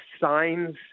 signs